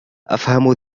أفهم